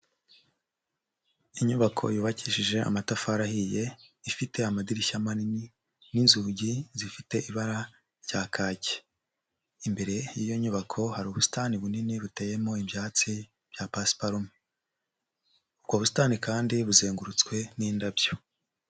Inyubako yubakishije amatafari ahiye, ifite amadirishya manini n'inzugi zifite ibara rya kake. Imbere y'iyo nyubako hari ubusitani bunini buteyemo ibyatsi bya pasiparume. Ubwo busitani kandi, buzengurutswe n'indabyo.